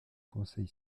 conseil